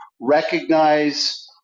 recognize